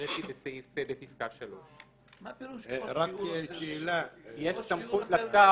שהקראתי בפסקה 3. יש סמכות לשר